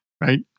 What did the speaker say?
right